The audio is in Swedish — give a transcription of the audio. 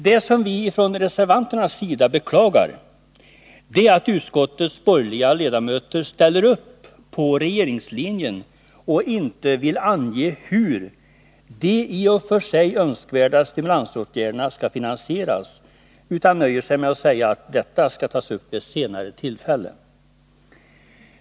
Det som vi från reservanternas sida beklagar är att utskottets borgerliga ledamöter ställer upp på regeringslinjen och inte vill ange hur de i och för sig önskvärda stimulansåtgärderna skall finansieras, utan nöjer sig med att säga att detta skall tas upp vid ett senare tillfälle.